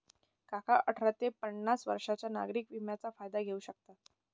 काका अठरा ते पन्नास वर्षांच्या नागरिक विम्याचा फायदा घेऊ शकतात